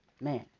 man